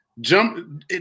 Jump